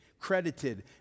credited